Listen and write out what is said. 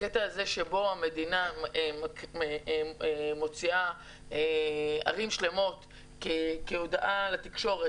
הקטע שבו המדינה מוציאה ערים שלמות כהודעה לתקשורת,